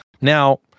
Now